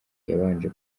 yabanje